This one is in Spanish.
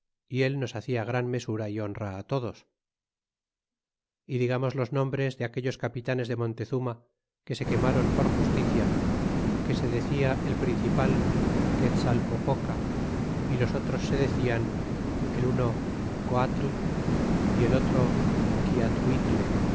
y él nos hacia gran mesura y honra todos y digamos los nombres de aquellos capitanes de montezuma que se quemron por justicia que se decia el principal que tzalpopoca y los otros se decian el uno coatl y el otro